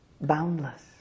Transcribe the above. boundless